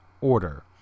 Order